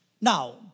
Now